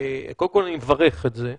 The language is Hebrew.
קודם כול אני מברך על זה,